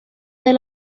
del